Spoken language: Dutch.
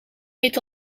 eet